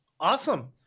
Awesome